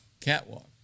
catwalk